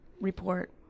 report